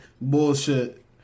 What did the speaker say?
Bullshit